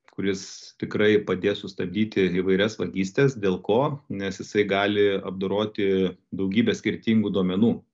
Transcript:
kuris tikrai padės sustabdyti įvairias vagystes dėl ko nes jisai gali apdoroti daugybę skirtingų duomenų